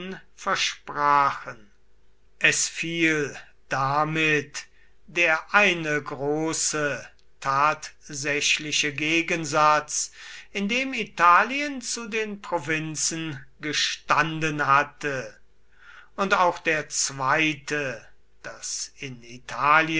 versprachen es fiel damit der eine große tatsächliche gegensatz in dem italien zu den provinzen gestanden hatte und auch der zweite daß in italien